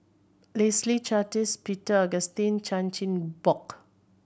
Leslie Charteris Peter Augustine Chan Chin Bock